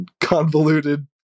convoluted